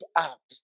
up